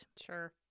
Sure